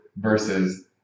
versus